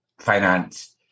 finance